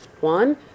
one